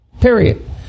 Period